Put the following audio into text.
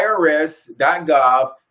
IRS.gov